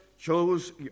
chose